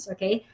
Okay